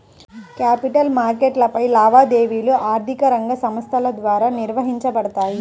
capital మార్కెట్లపై లావాదేవీలు ఆర్థిక రంగ సంస్థల ద్వారా నిర్వహించబడతాయి